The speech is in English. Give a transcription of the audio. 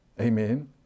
Amen